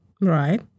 Right